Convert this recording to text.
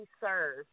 serve